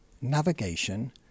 navigation